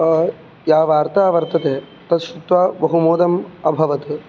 या वार्ता वर्तते तत्श्रुत्वा बहु मोदम् अभवत्